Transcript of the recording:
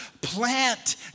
Plant